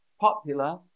popular